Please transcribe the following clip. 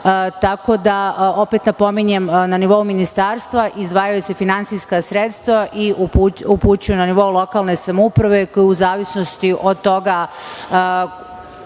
da, opet napominjem da na nivou ministarstva izdvajaju se finansijska sredstva i upućuju na nivo lokalne samouprave koja u zavisnosti od toga